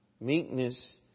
Meekness